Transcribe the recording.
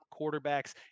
quarterbacks